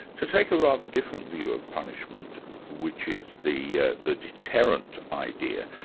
to take a rather different view of punishment which is the ah the deterrent idea,